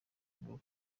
rugo